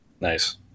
Nice